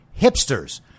hipsters